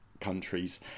countries